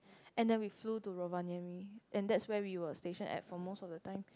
and then we flew to Rovaniemi and that's where we went stationed for most of the time